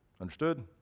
Understood